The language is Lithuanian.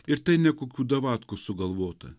ir tai ne kokių davatkų sugalvota